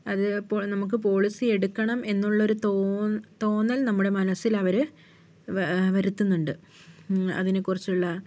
അതേപോലെ നമുക്ക് പോളിസി എടുക്കണം എന്നുള്ള ഒരു തോന്ന തോന്നൽ നമ്മുടെ മനസ്സിൽ അവര് വരുത്തുന്നുണ്ട് അതിനെക്കുറിച്ചുള്ള